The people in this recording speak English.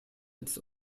its